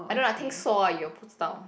I don't know I think so ah 不知道